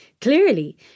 Clearly